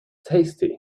tasty